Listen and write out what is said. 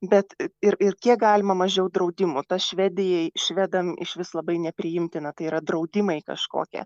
bet ir ir kiek galima mažiau draudimų tas švedijai švedam išvis labai nepriimtina tai yra draudimai kažkokie